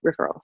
referrals